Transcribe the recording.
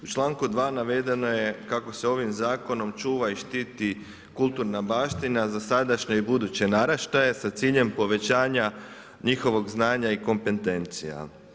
U članku 2. navedeno je kako se ovim zakonom čuva i štiti kulturna baština, za sadašnje i buduće naraštaje, sa ciljem povećanja njihovog znanja i kompetencija.